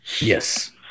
yes